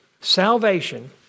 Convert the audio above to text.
Salvation